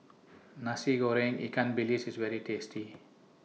Nasi Goreng Ikan Bilis IS very tasty